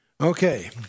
Okay